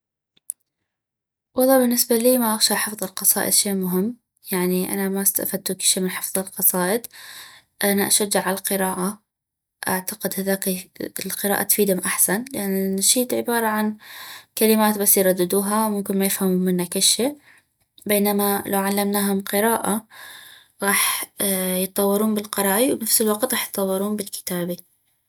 والله بالنسبة لي ما اغشع حفظ القصائد شي مهم يعني انا ما استفدتو كشي من حفظ القصائد انا اشجع عل القراءة اعتقد القراءة تفيدم احسن لان النشيد عبارة عن كلمات بس يرددها ممكن ما يفهمون منا كشي بينما لو علمناهم قراءة غاح يطورون بالقراي وبنفس الوقت غاح تطورون بالكتابي